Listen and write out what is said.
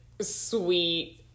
sweet